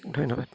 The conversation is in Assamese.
ধন্যবাদ